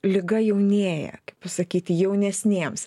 liga jaunėja kaip pasakyti jaunesnėms